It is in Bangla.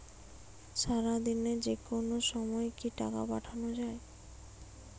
সারাদিনে যেকোনো সময় কি টাকা পাঠানো য়ায়?